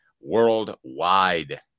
worldwide